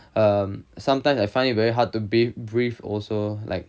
um sometimes I find it very hard to breathe breathe also like